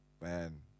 man